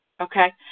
Okay